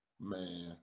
Man